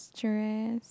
stress